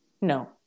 No